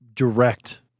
Direct